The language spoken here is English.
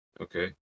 Okay